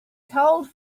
told